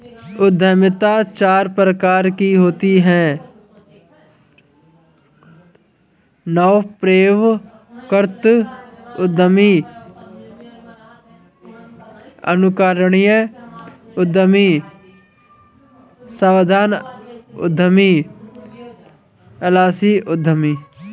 उद्यमिता चार प्रकार की होती है नवप्रवर्तक उद्यमी, अनुकरणीय उद्यमी, सावधान उद्यमी, आलसी उद्यमी